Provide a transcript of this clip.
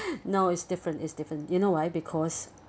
no it's different it's different you know why because